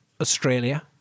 Australia